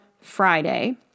Friday